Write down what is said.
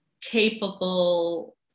capable